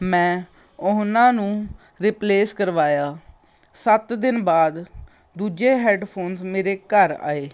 ਮੈਂ ਉਹਨਾਂ ਨੂੰ ਰਿਪਲੇਸ ਕਰਵਾਇਆ ਸੱਤ ਦਿਨ ਬਾਅਦ ਦੂਜੇ ਹੈਡਫੋਨਸ ਮੇਰੇ ਘਰ ਆਏ